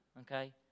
Okay